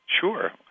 Sure